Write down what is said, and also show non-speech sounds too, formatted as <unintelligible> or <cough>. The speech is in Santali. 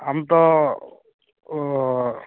ᱟᱢ ᱛᱚ <unintelligible>